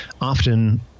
often